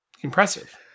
Impressive